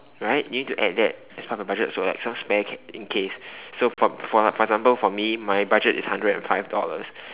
right you need to add that as part of the budget so that some spare cash in case so for for example for me my budget is hundred and five dollars